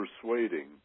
persuading